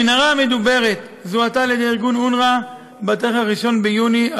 המנהרה המדוברת זוהתה על ידי ארגון אונר"א ב-1 ביוני